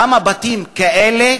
למה בתים כאלה,